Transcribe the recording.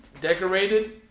decorated